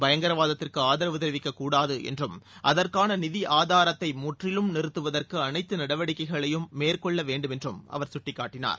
பயங்கரவாத்திற்கு ஆதரவு தெரிவிக்கக் கூடாது என்றும் அதற்கான நிதி ஆதாரத்தை முற்றிலும் நிறுத்துவதற்கு அனைத்து நடவடிக்கைகளையும் மேற்கொள்ள வேண்டும் என்றும் அவர் சுட்டிக் காட்டினார்